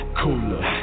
cooler